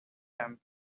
them